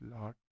lord